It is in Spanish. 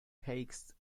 heights